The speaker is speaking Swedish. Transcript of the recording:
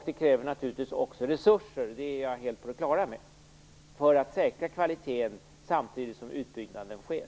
Det krävs naturligtvis också resurser - det är jag helt på det klara med - för att säkra kvaliteten samtidigt som utbyggnad sker.